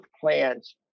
plans